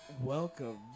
Welcome